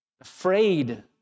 afraid